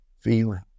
feeling